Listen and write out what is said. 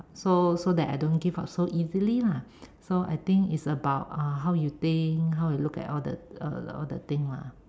so so that I don't give up so easily lah so I think it's about uh how you think how you look at all the all the thing lah